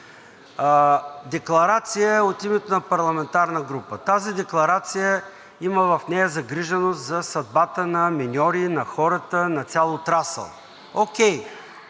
Декларация от името на парламентарна група. В тази декларация има загриженост за съдбата на миньори, на хората, на цял отрасъл. Окей.